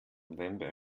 november